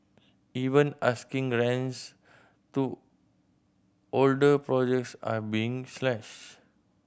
even asking rents to older projects are being slashed